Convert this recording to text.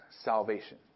salvation